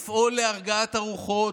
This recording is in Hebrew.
לפעול להרגעת הרוחות,